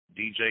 DJ